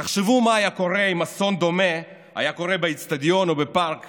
תחשבו מה היה קורה אם אסון דומה היה קורה באצטדיון או בפארק